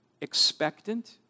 expectant